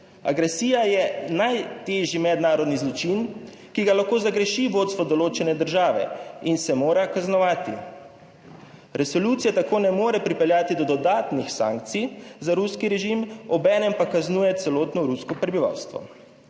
Agresija je najtežji mednarodni zločin, ki ga lahko zagreši vodstvo določene države in se mora kaznovati. Resolucija tako ne more pripeljati do dodatnih sankcij za ruski režim, obenem pa kaznuje celotno rusko prebivalstvo.